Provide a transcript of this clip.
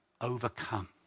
overcome